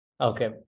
okay